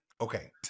okay